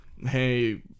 hey